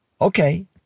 okay